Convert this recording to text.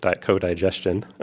co-digestion